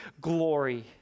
glory